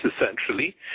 essentially